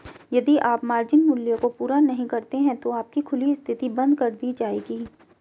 यदि आप मार्जिन मूल्य को पूरा नहीं करते हैं तो आपकी खुली स्थिति बंद कर दी जाएगी